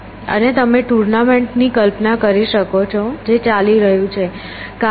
અને તમે ટુર્નામેન્ટની કલ્પના કરી શકો છો જે ચાલી રહ્યું છે